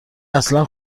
اصلا